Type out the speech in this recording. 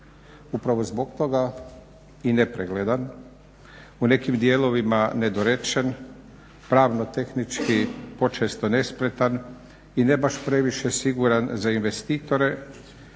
Upravo zbog toga i nepregledan, u nekim dijelovima nedorečen, pravno tehnički počesto nespretan i ne baš previše siguran za investitore